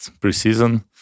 pre-season